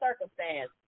circumstance